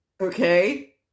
Okay